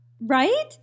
Right